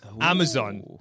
Amazon